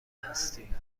هستیم